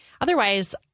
Otherwise